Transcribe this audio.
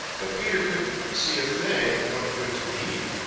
but peter couldn't see a thing that looked good to eat.